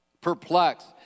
perplexed